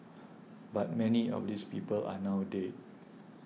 but many of these people are now dead